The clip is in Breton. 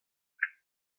klañv